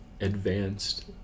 advanced